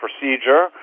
procedure